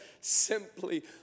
simply